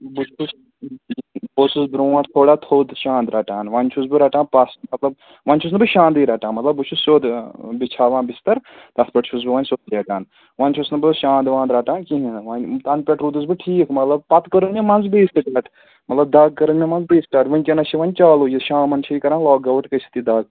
بہٕ چھُس بہٕ اوسُس برٛونٛٹھ تھوڑا تھوٚد شانٛد رَٹان وۅنۍ چھُس بہٕ رَٹان پَس مطلب وۅنۍ چھُس نہٕ بہٕ شاندٕے رَٹان مطلب بہٕ چھُس سیٚود بِچھاوان بِستَر تَتھ پٮ۪ٹھ چھُس بہٕ وۅنۍ سیٚود لیٚٹان وۅنۍ چھُس نہٕ بہٕ شانٛدٕ وانٛد رَٹان کِہیٖنٛۍ نہٕ وۅنۍ تَنہٕ پٮ۪ٹھ روٗدُس بہٕ ٹھیٖک مطلب پَتہٕ کٔرٕن مےٚ منٛزٕ بیٚیہِ سِٹاٹ مطلب دَگ کٔرٕن مےٚ منٛزٕ بیٚیہِ سِٹاٹ وُنکٮ۪نَس چھِ وۅنۍ چالوٗ ییٚلہِ شامَن چھِ یہِ کَران لاگ آوُٹ گٔژھِتھ یہِ دَگ